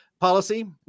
policy